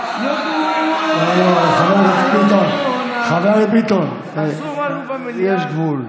לא, לא, חבר הכנסת ביטון, יש גבול.